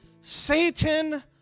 Satan